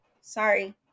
Sorry